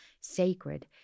sacred